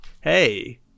Hey